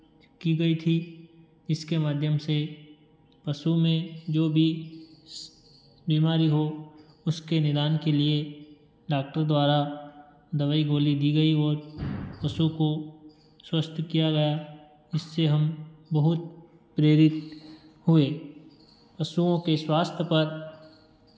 की गई थी इसके माध्यम से पशु में जो भी बीमारी हो उसके निदान के लिए डाक्टर द्वारा दवाई गोली दी गई और पशु को स्वस्थ किया गया इससे हम बहुत प्रेरित हुए पशुओं के स्वास्थ्य पर